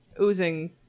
oozing